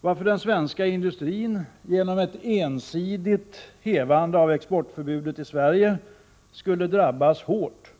Därför skulle den svenska industrin genom ett ensidigt hävande av exportförbudet i Sverige drabbas hårt